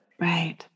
right